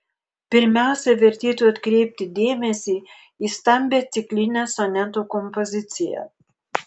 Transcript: pirmiausia vertėtų atkreipti dėmesį į stambią ciklinę sonetų kompoziciją